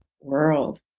world